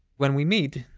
when we meet,